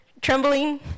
trembling